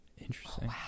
Interesting